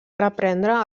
reprendre